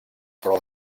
però